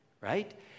right